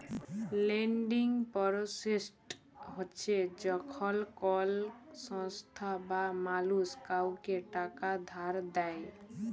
lending process হছে যখল কল সংস্থা বা মালুস কাউকে টাকা ধার দেঁই